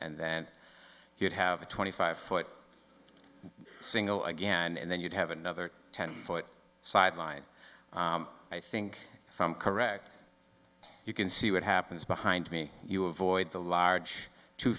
and then you'd have a twenty five foot single again and then you'd have another ten foot side line i think from correct you can see what happens behind me you avoid the large t